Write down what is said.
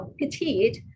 petite